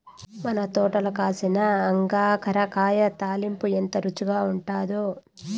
మన తోటల కాసిన అంగాకర కాయ తాలింపు ఎంత రుచిగా ఉండాదో